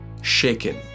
shaken